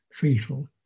fetal